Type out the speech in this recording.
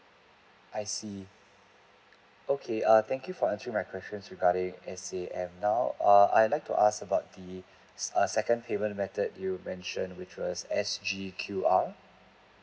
I see okay err thank you for answering my questions regarding S_A_M now err I like to ask about the err second payment method you mentioned which was S_G_Q_R